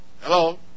Hello